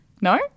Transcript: no